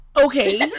Okay